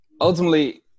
ultimately